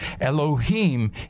Elohim